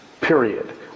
period